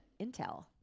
Intel